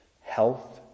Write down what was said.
health